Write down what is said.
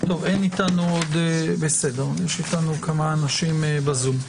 יש איתנו כמה אנשים בזום.